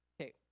Okay